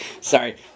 sorry